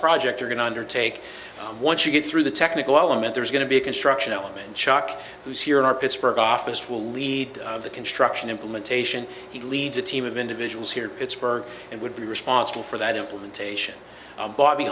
project we're going to undertake once you get through the technical element there's going to be a construction element chock who's here in our pittsburgh office will lead the construction implementation he leads a team of individuals here pittsburgh and would be responsible for that implementation and bobby